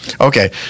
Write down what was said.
Okay